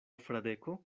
fradeko